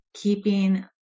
keeping